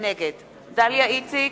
נגד דליה איציק,